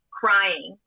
crying